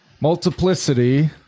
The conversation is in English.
Multiplicity